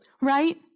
right